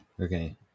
Okay